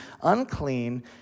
unclean